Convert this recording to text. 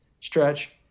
stretch